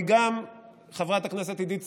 כי גם חברת הכנסת עידית סילמן,